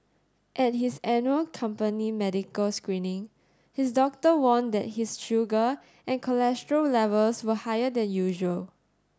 at his annual company medical screening his doctor warned that his sugar and cholesterol levels were higher than usual